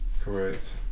Correct